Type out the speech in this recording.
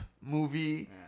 movie